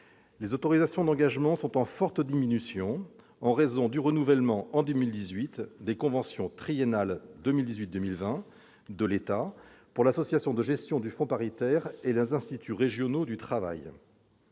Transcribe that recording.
les autorisations d'engagement sont en forte diminution, en raison du renouvellement, en 2018, des conventions triennales 2018-2020 de l'État pour l'Association de gestion du fonds paritaire national et pour les instituts régionaux du travail